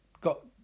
got